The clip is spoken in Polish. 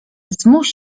zmuś